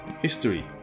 History